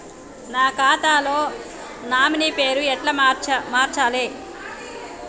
నా ఖాతా లో నామినీ పేరు ఎట్ల మార్చాలే?